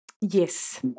Yes